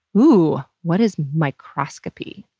oooh, what is microscopy?